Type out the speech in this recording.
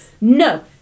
no